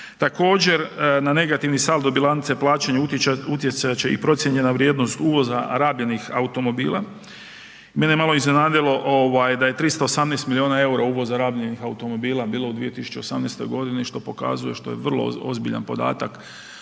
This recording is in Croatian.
Također na negativni saldo bilance plaćanja utjecat će i procijenjena vrijednost uvoza rabljenih automobila. Mene malo iznenadilo ovaj da je 318 miliona EUR-a uvoza rabljenih automobila bilo u 2018. godini što pokazuje što je vrlo ozbiljan podatak